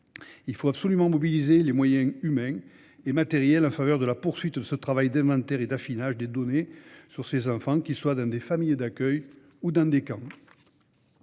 Il importe de mobiliser les moyens humains et matériels en faveur de la poursuite de ce travail d'inventaire et d'affinage des données sur ces enfants, qu'ils se trouvent dans des familles d'accueil ou dans des camps.